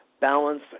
balance